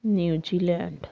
New Zealand